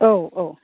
औ औ